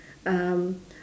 um